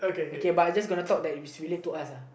okay but I just gonna talk that if its related to us uh